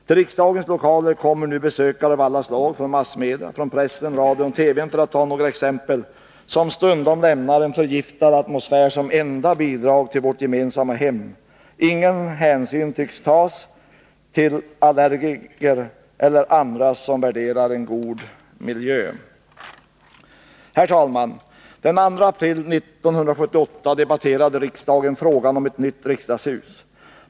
Till riksdagens lokaler kommer nu besökare av alla slag — från pressen, radion och TV-nt.ex. — som stundom lämnar en förgiftad atmosfär såsom enda bidrag till vårt gemensamma hem. Ingen hänsyn tas till allergiker eller andra som värderar en god miljö. Herr talman! Den 2 april 1978 debatterade riksdagen frågan om ett nytt riksdagshus.